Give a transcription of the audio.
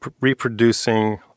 reproducing